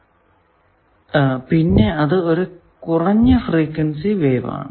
കൂടാതെ അത് ഒരു കുറഞ്ഞ ഫ്രീക്വെൻസി വേവ് ആണ്